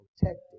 protected